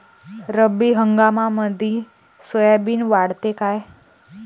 रब्बी हंगामामंदी सोयाबीन वाढते काय?